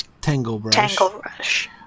Tanglebrush